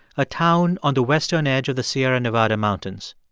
a town on the western edge of the sierra nevada mountains.